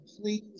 please